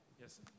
Yes